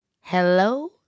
Hello